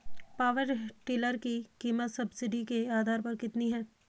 Power tiller की कीमत subsidy के आधार पर कितनी है?